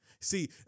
See